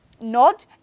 nod